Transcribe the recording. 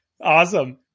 Awesome